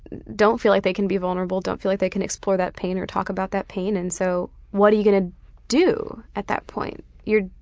don't feel like they can be vulnerable, don't feel like they can explore that pain or talk about that pain and so what are you gonna do at that point? mma!